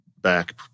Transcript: back